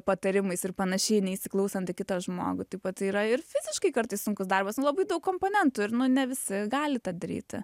patarimais ir panašiai neįsiklausant į kitą žmogų taip pat yra ir fiziškai kartais sunkus darbas nu labai daug komponentų ir nu ne visi gali tą daryti